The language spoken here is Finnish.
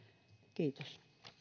kiitos